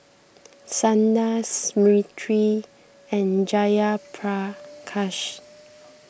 Sundar Smriti and Jayaprakash